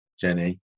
Jenny